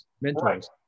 Mentors